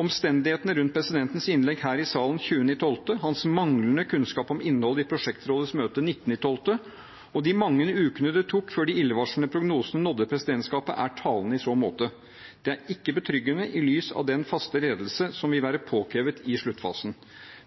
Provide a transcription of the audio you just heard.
Omstendighetene rundt presidentens innlegg her i salen 20. desember, hans manglende kunnskap om innholdet i prosjektrådets møte 19. desember og de mange ukene det tok før de illevarslende prognosene nådde presidentskapet, er talende i så måte. Det er ikke betryggende i lys av den faste ledelse som vil være påkrevet i sluttfasen.